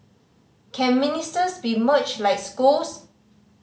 can ministers be merged like schools